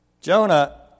Jonah